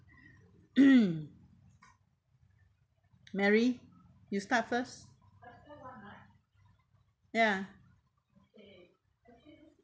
mary you start first ya